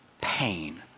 pain